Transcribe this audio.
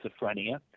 Schizophrenia